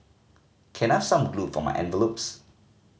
can I have some glue for my envelopes